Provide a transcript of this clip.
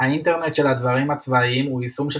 האינטרנט של הדברים הצבאיים הוא יישום של